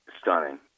stunning